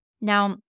Now